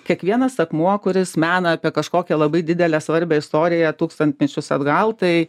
kiekvienas akmuo kuris mena apie kažkokią labai didelę svarbią istoriją tūkstantmečius atgal tai